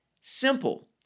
Simple